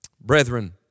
Brethren